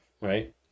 right